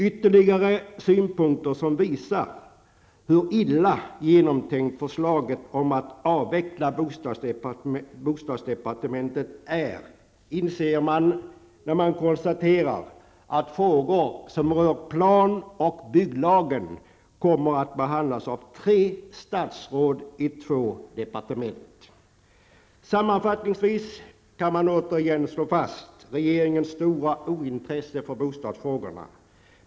Ytterligare synpunkter som visar hur illa genomtänkt förslaget om att avveckla bostadsdepartementet är, inser man när man konstaterar att frågor som rör plan och bygglagen kommer att behandlas av tre statsråd i två departement. Sammanfattningsvis kan man återigen slå fast regeringens stora ointresse för bostadsfrågorna.